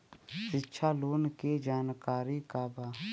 शिक्षा लोन के जानकारी का बा?